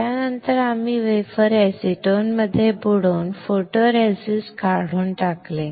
यानंतर आम्ही wafer acetone मध्ये बुडवून फोटोरेसिस्ट काढून टाकले